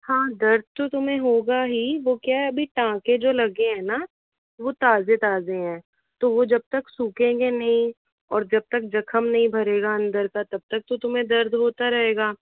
हाँ दर्द तो तुम्हें होगा ही वह क्या है टाँके जो लगे हैं न वह ताज़े ताज़े है तो वह जब तक सूखेंगे नहीं और जब तक ज़ख्म नहीं भरेगा अंदर का जब तक तो तुमको दर्द होता रहेगा